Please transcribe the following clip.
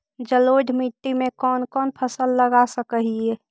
जलोढ़ मिट्टी में कौन कौन फसल लगा सक हिय?